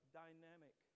dynamic